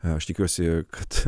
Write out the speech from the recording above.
aš tikiuosi kad